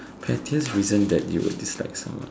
pettiest reason that you will dislike someone